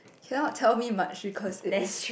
cannot tell me much because it is